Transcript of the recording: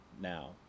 now